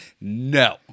No